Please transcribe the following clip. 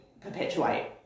perpetuate